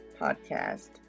podcast